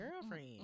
girlfriend